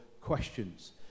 questions